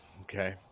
Okay